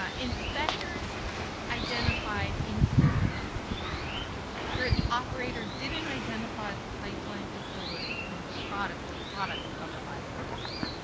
ah inspectors identified instances where the operator didn't identify the pipeline facilities and the product or products covered by the system.